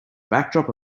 backdrop